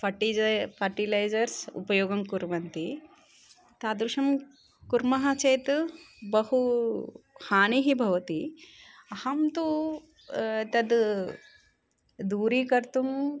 फ़ट्टिजै़ fertilisers उपयोगं कुर्वन्ति तादृशं कुर्मः चेत् बहु हानिः भवति अहं तु तद् दूरीकर्तुम्